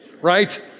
right